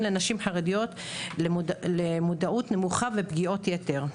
לנשים חרדיות למודעות נמוכה ופגיעות יתר.